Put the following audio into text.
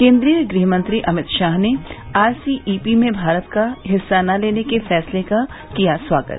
केन्द्रीय गृह मंत्री अमित शाह ने आर सी ई पी में भारत के हिस्सा न लेने के फैंसले का किया स्वागत